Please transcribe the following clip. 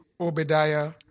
Obadiah